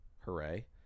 Hooray